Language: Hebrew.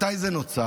מתי זה נוצר?